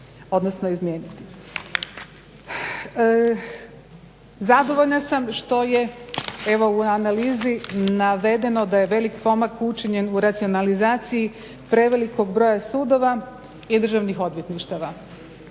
Zadovoljna sam što je u analizi navedeno da je velik pomak učinjen u racionalizaciji prevelikog broja sudova i državnih odvjetništava